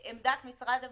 מעמדת משרד המשפטים,